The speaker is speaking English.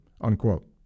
unquote